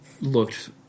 looked